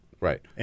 Right